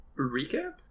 Recap